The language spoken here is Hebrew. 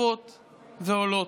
צפות ועולות.